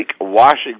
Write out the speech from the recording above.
Washington